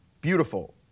beautiful